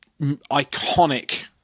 iconic